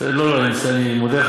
מלכיאלי,